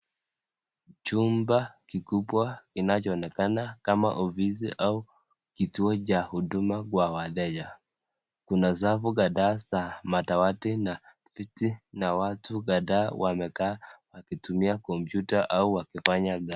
Jumba kikubwa kinachoonekana kama ofisi au kituo cha huduma kwa wateja. Kuna safu kadhaa za madawati na viti na watu kadhaa wamekaa wakitumia kompyuta au wakifanya.